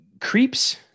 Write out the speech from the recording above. Creeps